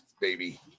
baby